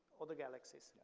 other galaxies.